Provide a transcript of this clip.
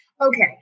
Okay